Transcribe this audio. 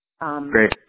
Great